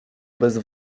bez